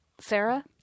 Sarah